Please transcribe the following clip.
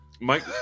Mike